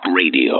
radio